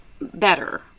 better